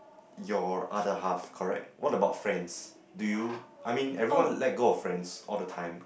your other half correct what about friends do you I mean everyone let go of friends all the time